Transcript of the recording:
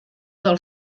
del